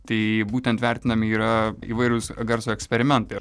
tai būtent vertinami yra įvairūs garso eksperimentai